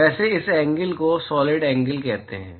वैसे इस एंगल को सॉलिड एंगल कहते हैं